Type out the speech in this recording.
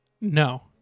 No